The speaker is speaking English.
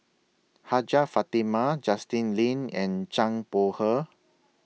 Hajjah Fatimah Justin Lean and Zhang Bohe